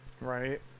Right